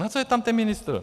Na co je tam ten ministr?